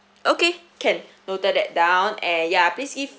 okay can noted that down and yeah please give